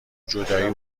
جدایی